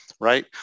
right